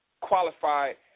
qualified